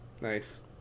Nice